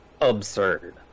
absurd